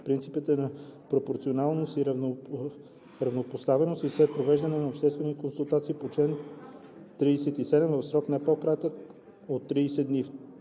принципите на пропорционалност и равнопоставеност и след провеждане на обществена консултация по реда на чл. 37 в срок, не по-кратък от 30 дни.